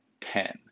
Ten